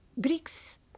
Greeks